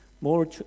more